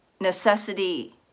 necessity